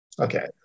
Okay